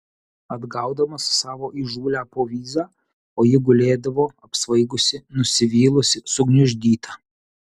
atgaudamas savo įžūlią povyzą o ji gulėdavo apsvaigusi nusivylusi sugniuždyta